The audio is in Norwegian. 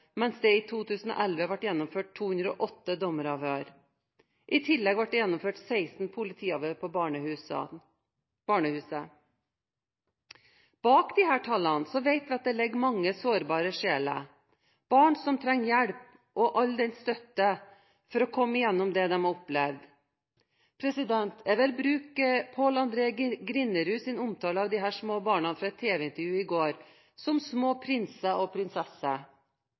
mens det i 2011 ble gjennomført 208 dommeravhør. I tillegg ble det gjennomført 16 politiavhør på barnehuset. Bak disse tallene vet vi at det ligger mange sårbare sjeler – barn som trenger all den hjelp og støtte de kan få for å komme gjennom det de har opplevd. Jeg vil bruke Paal-André Grinderuds omtale av disse små barna fra et tv-intervju i går som små prinser og prinsesser.